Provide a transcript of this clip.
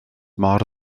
mor